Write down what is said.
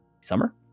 summer